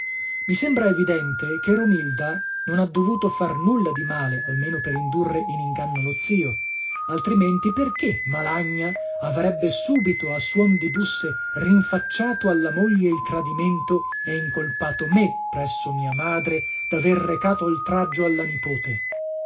i sembra evidente che romilda non ha dovuto far nulla di male almeno per indurre in inganno lo zio altrimenti perché malagna avrebbe sùbito a suon di busse rinfacciato alla moglie il tradimento e incolpato me presso mia madre daver recato oltraggio alla nipote